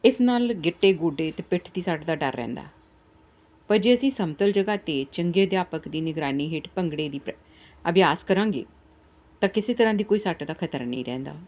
ਇਸ ਨਾਲ ਗਿੱਟੇ ਗੋਡੇ ਅਤੇ ਪਿੱਠ ਦੀ ਸੱਟ ਦਾ ਡਰ ਰਹਿੰਦਾ ਪਰ ਜੇ ਅਸੀਂ ਸਮਤਲ ਜਗ੍ਹਾ 'ਤੇ ਚੰਗੇ ਅਧਿਆਪਕ ਦੀ ਨਿਗਰਾਨੀ ਹੇਠ ਭੰਗੜੇ ਦੀ ਪ੍ਰੈ ਅਭਿਆਸ ਕਰਾਂਗੇ ਤਾਂ ਕਿਸੇ ਤਰ੍ਹਾਂ ਦੀ ਕੋਈ ਸੱਟ ਦਾ ਖ਼ਤਰਾ ਨਹੀਂ ਰਹਿੰਦਾ